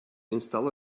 install